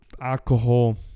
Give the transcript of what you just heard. alcohol